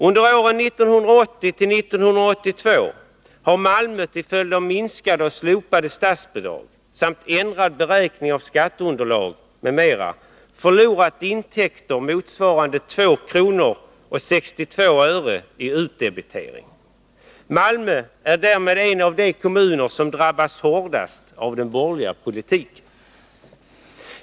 Under åren 1981-1982 har Malmö, till följd av minskade och slopade statsbidrag, ändrad beräkning av skatteunderlaget, förlorat intäkter motsvarande 2:62 kr. i utdebitering. Malmö är därmed en av de kommuner som drabbats hårdast av den borgerliga politiken.